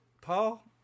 Paul